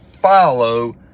follow